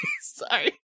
Sorry